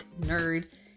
nerd